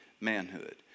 manhood